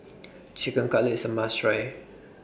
Chicken Cutlet IS A must Try